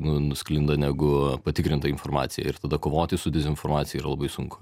nu nusklinda negu patikrinta informacija ir tada kovoti su dezinformacija yra labai sunku